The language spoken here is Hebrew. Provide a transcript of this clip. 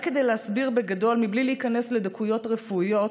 רק כדי להסביר בגדול, בלי להיכנס לדקויות רפואיות,